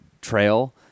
trail